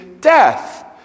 death